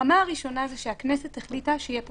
הרמה הראשונה זה שהכנסת החליטה שיהיה פה